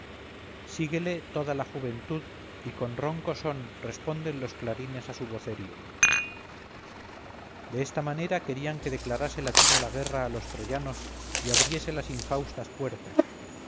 síguele toda la juventud y con ronco son responden los clarines a su vocerío de esta manera querían que declarase latino la guerra a los troyanos y abriese las infaustas puertas